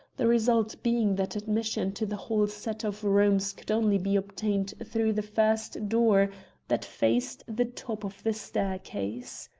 the result being that admission to the whole set of rooms could only be obtained through the first door that faced the top of the staircase.